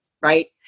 right